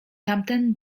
tamten